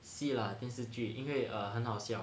戏啦电视剧因为 err 很好笑